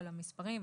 על המספרים,